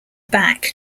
back